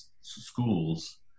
schools